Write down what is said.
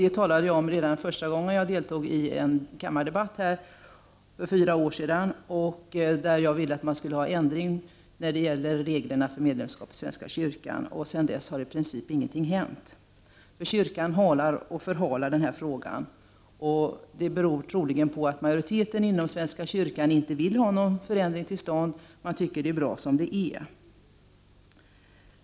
Det talade jag om redan första gången jag deltog i en kammardebatt här för fyra år sedan, då jag ville att man skulle företa en ändring av reglerna om medlemskap i svenska kyrkan. Sedan dess har i princip ingenting hänt. Kyrkan förhalar den här frågan, och det beror troligen på att majoriteten inom svenska kyrkan inte vill ha någon förändring till stånd — man tycker att det är bra som det är.